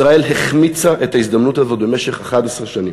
ישראל החמיצה את ההזדמנות הזאת במשך 11 שנים.